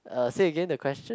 uh say again the question